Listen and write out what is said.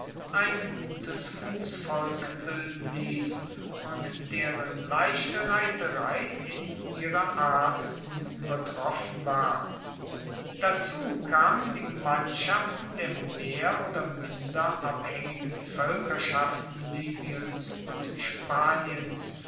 ein gutes fussvolk bilden liess und deren leichte reiterei in ihrer art unuebertroffen war dazu kamen die mannschaften der mehr oder minder abhaengigen voelkerschaften libyens und spaniens